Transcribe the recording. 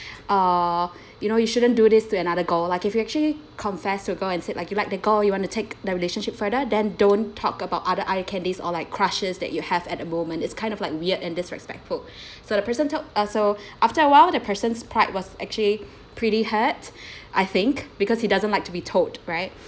ah you know you shouldn't do this to another girl like if you actually confess to a girl and said that you like the girl you want to take the relationship further then don't talk about other eye candies or like crushes that you have at the moment it's kind of like weird and disrespectful so the person took uh so after a while the person's pride was actually pretty hurt I think because he doesn't like to be told right